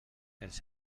els